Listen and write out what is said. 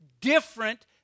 different